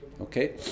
Okay